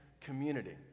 community